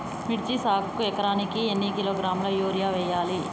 మిర్చి సాగుకు ఎకరానికి ఎన్ని కిలోగ్రాముల యూరియా వేయాలి?